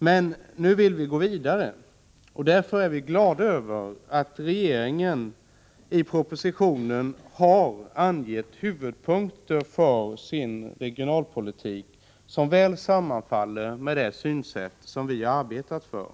Men nu vill vi gå vidare. Därför är vi glada över att de huvudpunkter som regeringen i propositionen har angett för sin regionalpolitik väl sammanfaller med det synsätt som vi arbetat efter.